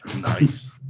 Nice